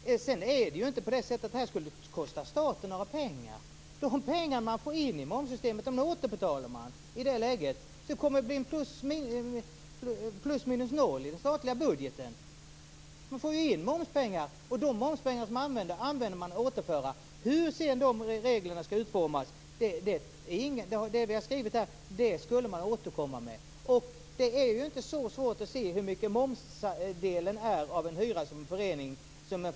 Detta skulle inte kosta staten några pengar. De pengar som man får i momssystemet återbetalar man i det läget. Det kommer alltså att bli plus minus noll i den statliga budgeten. Man får in momspengar, och de använder man till att återföra. Hur reglerna sedan ska utformas har vi skrivit här - det ska vi återkomma med. Det är inte så svårt att se hur stor momsdelen är av en hyra som en förening erlägger.